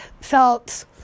felt